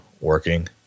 working